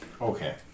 Okay